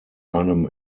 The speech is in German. einem